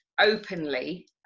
openly